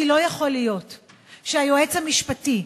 כי לא יכול להיות שהיועץ המשפטי,